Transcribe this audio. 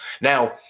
Now